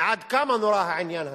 מעד כמה נורא העניין הזה.